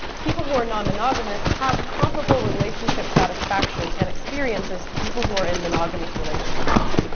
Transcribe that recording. people who are not monogamous have comparable relationship satisfaction and experiences to people who are in monogamous relationships.